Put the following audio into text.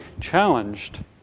challenged